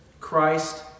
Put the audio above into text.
Christ